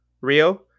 Rio